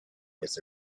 with